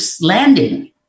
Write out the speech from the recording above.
landing